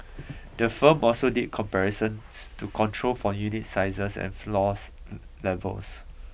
the firm also did comparisons to control for unit sizes and floor levels